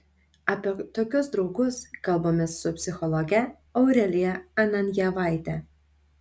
apie tokius draugus kalbamės su psichologe aurelija ananjevaite